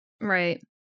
Right